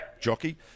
jockey